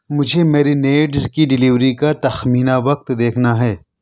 مجھے میری نیڈز کی ڈیلیوری کا تخمینہ وقت دیکھنا ہے